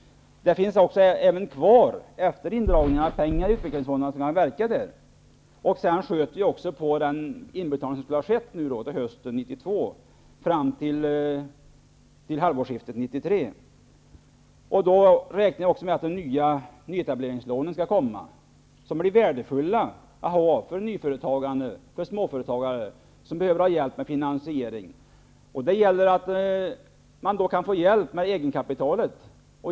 Det finns även efter indragningarna kvar pengar i utvecklingsfonderna, och vi sköt ju också fram den inbetalning som skulle ha hösten 1992 till halvårsskiftet 1993. Vi räknar också med att de nya nyetableringslånen skall komma till stånd. Dessa blir värdefulla för nyföretagande, för småföretagare som behöver hjälp med finansiering. Det gäller för dem att kunna få hjälp med egenkapitalet.